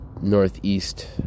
northeast